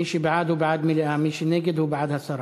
מי שבעד הוא בעד, מי שנגד הוא בעד הסרה.